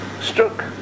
struck